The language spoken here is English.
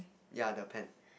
yeah the pan